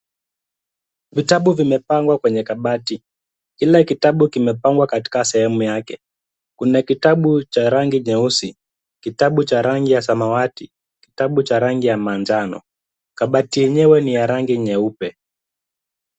Vitabu vimepangwa kwenye kabati kila kitabu kimepangwa katika sehemu yake kuna kitabu cha rangi nyeusi, rangi ya samawati, kitabu cha rangi ya manjano kabati yenyewe ni ya rangi nyeupe.